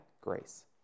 grace